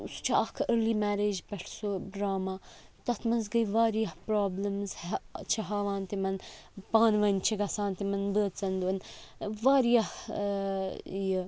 سُہ چھُ اَکھ أرلِی میریج پیٚٹھ سُہ ڈَرٛاما تَتھ منٛز گٔیہِ وارِیاہ پرٛبلِمٕز ہیٚہ چھِ ہاوان تِمَن پانٕوٲنۍ چھِ گَژھان تِمَن بٲژَن دۄن وارِیاہ یہِ